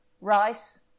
rice